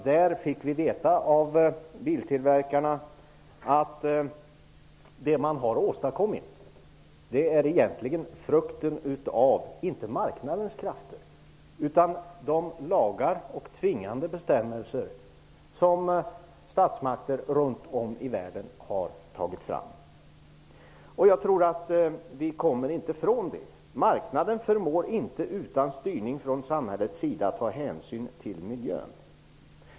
Där fick vi veta av biltillverkarna att det man har åstadkommit egentligen inte är frukten av marknadens krafter utan av de lagar och tvingande bestämmelser som statsmakter runt om i världen har tagit fram. Jag tror att vi inte kommer ifrån detta; marknaden förmår inte utan styrning från samhällets sida ta hänsyn till miljön.